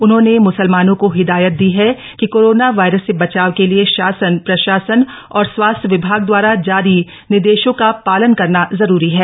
उन्होंन मुसलमानों को हिदायत दी है कि कोरोना वायरस स बचाव का लिए शासन प्रशासन व स्वास्थ्य विभाग दवारा जारी निर्देशों का पालन करना जरूरी है